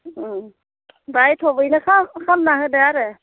ओं ओमफ्राय थाबैनो खालामना होदो आरो